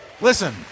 Listen